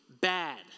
bad